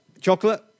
Chocolate